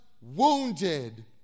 wounded